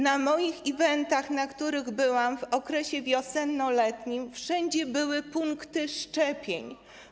Na moich eventach, na których byłam w okresie wiosenno-letnim, wszędzie były punkty szczepień.